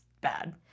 bad